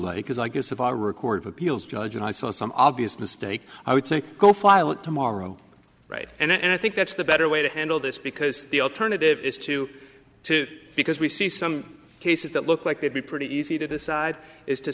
because i guess of our record of appeals judge and i saw some obvious mistake i would say go file it tomorrow right and i think that's the better way to handle this because the alternative is to to because we see some cases that look like they'd be pretty easy to decide is to